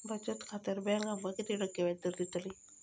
बचत खात्यार बँक आमका किती टक्के व्याजदर देतली?